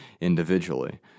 individually